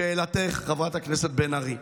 לשאלתך, חברת הכנסת בן ארי,